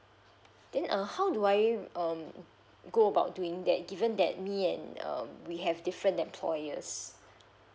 then uh how do I um go about doing that given that me and um we have different employers